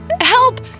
Help